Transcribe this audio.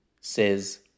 says